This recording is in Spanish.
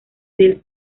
del